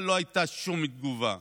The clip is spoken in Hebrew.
אבל לא הייתה שום תגובה.